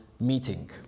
meeting